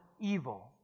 evil